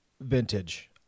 Vintage